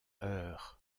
heures